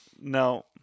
No